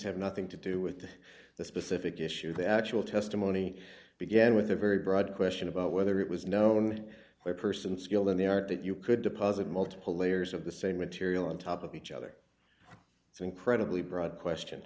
have nothing to do with the specific issue the actual testimony began with a very broad question about whether it was known by person skilled in the art that you could deposit multiple layers of the same material on top of each other it's incredibly broad question